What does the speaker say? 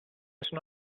sono